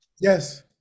Yes